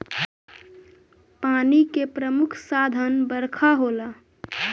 पानी के प्रमुख साधन बरखा होला